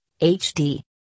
HD